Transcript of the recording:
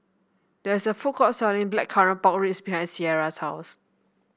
there is a food court selling Blackcurrant Pork Ribs behind Cierra's house